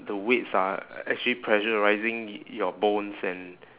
the weights are actually pressurising your bones and